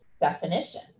definition